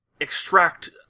extract